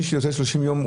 מי שיוצא ל-30 ימים,